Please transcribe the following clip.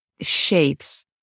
shapes